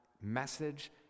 Message